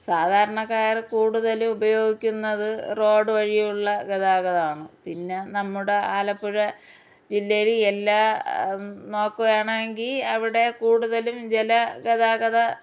സാധാരണക്കാർ കൂടുതലും ഉപയോഗിക്കുന്നത് റോഡ് വഴിയുള്ള ഗതാഗതമാണ് പിന്നെ നമ്മുടെ ആലപ്പുഴ ജില്ലയിൽ എല്ലാം നോക്കുകയാണെങ്കിൽ അവിടെ കൂടുതലും ജലഗതാഗത